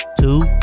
Two